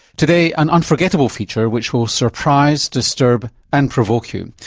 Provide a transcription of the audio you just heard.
today an unforgettable feature which will surprise, disturb and provoke you.